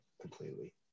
completely